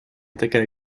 такая